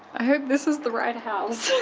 i hope this is the right house.